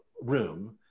room